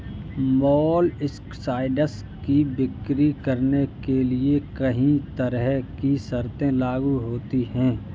molluscicides की बिक्री करने के लिए कहीं तरह की शर्तें लागू होती है